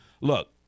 look